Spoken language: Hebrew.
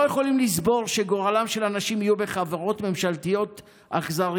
אנחנו לא יכולים לסבול שגורלם של אנשים יהיה בחברות ממשלתיות אכזריות.